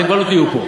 אתם כבר לא תהיו פה.